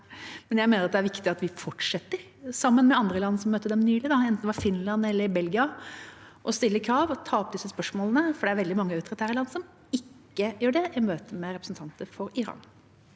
mener jeg det er viktig at vi fortsetter, sammen med andre land som møtte dem nylig, som Finland eller Belgia, å stille krav og ta opp disse spørsmålene, for det er veldig mange autoritære land som ikke gjør det i møte med representanter for Iran.